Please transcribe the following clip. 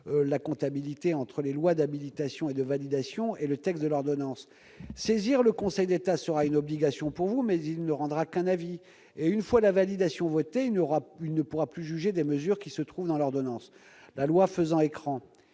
la comptabilité entre les lois d'habilitation et de validation et le texte de l'ordonnance ! Vous devrez saisir le Conseil d'État, mais celui-ci ne rendra qu'un avis et, une fois la validation votée, il ne pourra plus juger des mesures qui se trouvent dans l'ordonnance, la loi faisant écran.